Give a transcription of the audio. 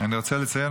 אני רוצה לציין,